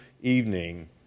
evening